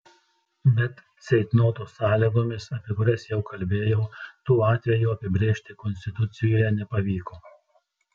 bet ceitnoto sąlygomis apie kurias jau kalbėjau tų atvejų apibrėžti konstitucijoje nepavyko